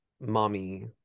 mommy